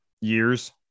years